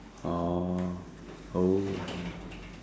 oh oh